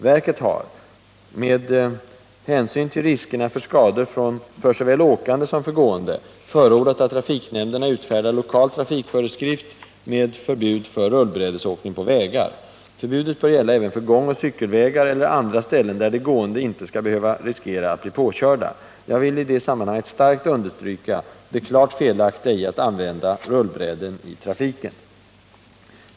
Verket har, med hänsyn till riskerna för skador för såväl åkande som gående, förordat att trafiknämnderna utfärdar lokal trafikföreskrift med förbud för rullbrädesåkning på vägar. Förbudet bör gälla även för gångoch cykelvägar eller andra ställen, där de gående inte skall behöva riskera att bli påkörda. Jag vill i det sammanhanget starkt understryka det klart felaktiga i att använda rullbräden i trafiken.